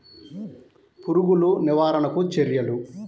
పురుగులు నివారణకు చర్యలు?